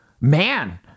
man